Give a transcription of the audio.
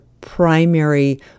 primary